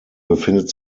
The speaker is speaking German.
befindet